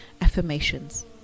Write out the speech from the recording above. Affirmations